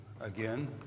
again